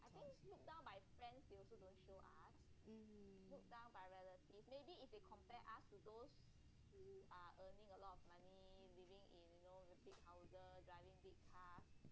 mm